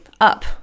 up